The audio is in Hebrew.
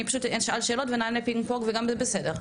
אני פשוט אשאל שאלות ונענה פינג פונג וזה גם בסדר.